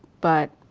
but,